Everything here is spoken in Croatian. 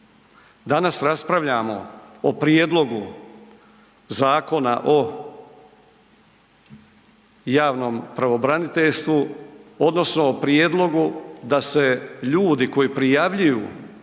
Danas raspravljamo o Prijedlogu Zakona o javnom pravobraniteljstvu odnosno o prijedlogu da se ljudi koji prijavljuju